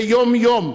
ויום-יום,